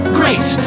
great